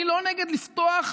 אני לא נגד לפתוח,